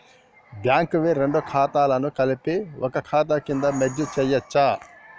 Bank వి రెండు ఖాతాలను కలిపి ఒక ఖాతా కింద మెర్జ్ చేయచ్చా?